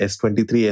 S23